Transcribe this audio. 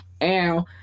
Ow